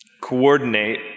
coordinate